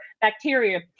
bacteria